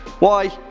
why?